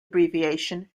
abbreviation